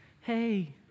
Hey